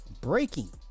breaking